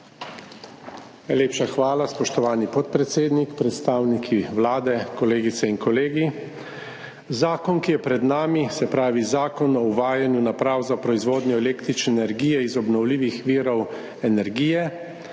Najlepša hvala, spoštovani podpredsednik. Predstavniki Vlade, kolegice in kolegi! Zakon, ki je pred nami, se pravi Zakon o uvajanju naprav za proizvodnjo električne energije iz obnovljivih virov energije,